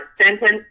sentence